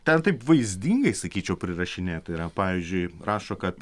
ten taip vaizdingai sakyčiau prirašinėta yra pavyzdžiui rašo kad